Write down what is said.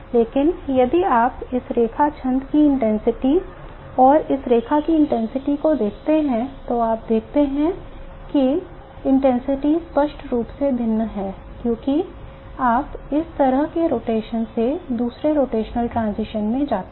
लेकिन यदि आप इस रेखा छंद की इंटेंसिटी और इस रेखा की इंटेंसिटी को देखते हैं तो आप देखते हैं कि इंटेंसिटी स्पष्ट रूप से भिन्न होती है क्योंकि आप इसी तरह एक रोटेशन से दूसरे रोटेशनल transition में जाते हैं